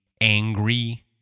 angry